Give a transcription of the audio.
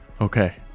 Okay